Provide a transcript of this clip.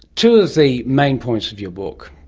two of the main points of your book,